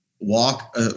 walk